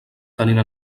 tenint